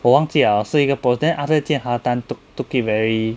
我忘记了是一个 post then after than jian hao tan took took it very